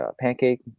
pancake